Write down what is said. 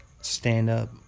stand-up